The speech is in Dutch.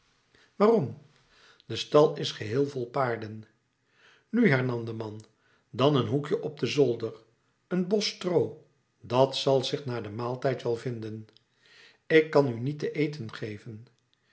waarom de stal is geheel vol paarden nu hernam de man dan een hoekje op den zolder een bos stroo dat zal zich na den maaltijd wel vinden ik kan u niet te eten geven